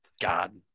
god